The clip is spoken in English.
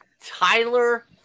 Tyler